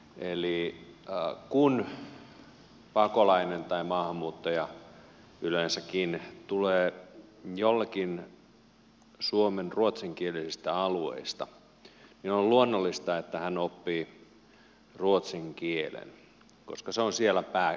eli kun pakolainen tai maahanmuuttaja yleensäkin tulee jollekin suomen ruotsinkielisistä alueista niin on luonnollista että hän oppii ruotsin kielen koska se on siellä pääkielenä